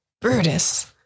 Brutus